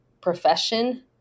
profession